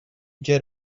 get